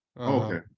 okay